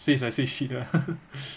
switch 来 switch 去的